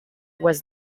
was